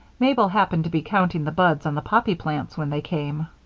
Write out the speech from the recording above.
mabel happened to be counting the buds on the poppy plants when they came.